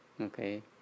Okay